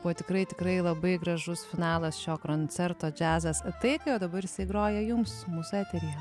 buvo tikrai tikrai labai gražus finalas šio koncerto džiazas taikai o dabar jisai groja jums mūsų eteryje